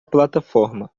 plataforma